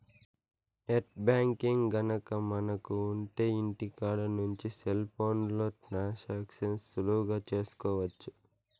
net banking గనక మనకు ఉంటె ఇంటికాడ నుంచి సెల్ ఫోన్లో ట్రాన్సాక్షన్స్ సులువుగా చేసుకోవచ్చు